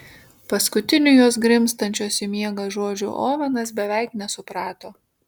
paskutinių jos grimztančios į miegą žodžių ovenas beveik nesuprato